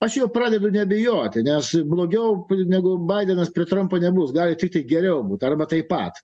aš jo pradedu nebijoti nes blogiau negu baidenas prie trampo nebus gali tiktai geriau būt arba taip pat